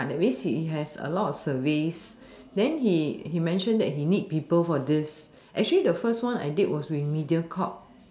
that means he has a lot of surveys then he he mention that he need people for this actually the first one I did was with mediacorp